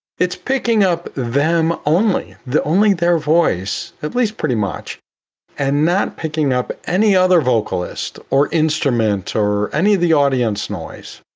it's picking up them only. only their voice, at least pretty much and not picking up any other vocalists or instruments, or any of the audience noise.